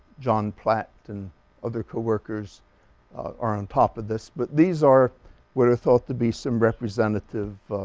john platt and other co-workers are on top of this. but these are what are thought to be some representative